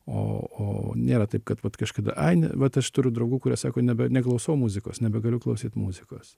o o nėra taip kad vat kažkada ai ne vat aš turiu draugų kurie sako nebe neklausau muzikos nebegaliu klausyt muzikos